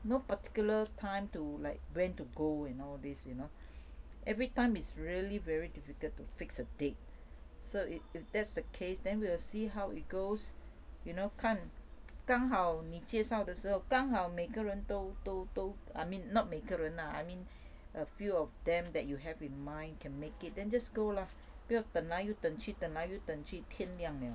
no particular time to like when to go and all thes~ you know everytime is really very difficult to fix a date so if if that's the case then we'll see how it goes you know 看刚好你介绍的时候刚好每个人都都都 I mean not 每个人 lah I mean a few of them that you have in mind can make it then just go lah 不要等来又等去等来又等去天亮了